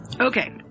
Okay